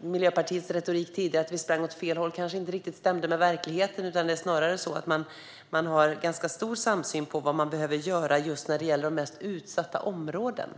Miljöpartiets tidigare retorik om att vi sprang åt fel håll kanske inte riktigt stämde med verkligheten. Det är snarare så att vi har ganska stor samsyn om vad man behöver göra för de mest utsatta områdena.